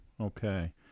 okay